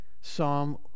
Psalm